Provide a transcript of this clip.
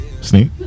Sneak